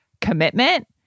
commitment